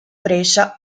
brescia